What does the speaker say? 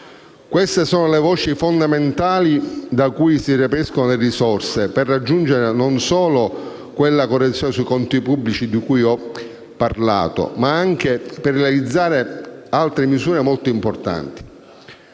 Queste sono le voci fondamentali da cui si reperiscono le risorse non solo per raggiungere quella correzione sui conti pubblici di cui ho parlato, ma anche per realizzare altre misure molto importanti.